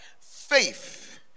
faith